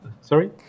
sorry